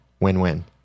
Win-win